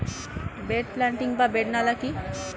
Bed planting বা bed নালা কি?